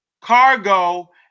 cargo